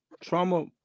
trauma